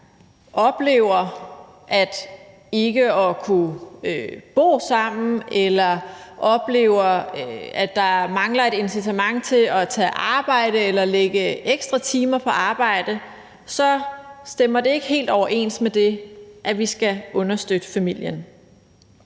der oplever ikke at kunne bo sammen, eller oplever, at der mangler et incitament til at tage arbejde eller lægge ekstra timer på arbejdet, så stemmer det ikke helt overens med det, at vi skal understøtte familien.